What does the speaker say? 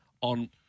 on